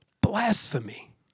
blasphemy